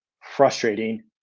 frustrating